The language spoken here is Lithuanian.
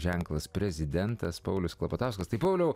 ženklas prezidentas paulius klapatauskas tai pauliau